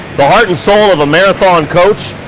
the heart and soul of a marathon coach.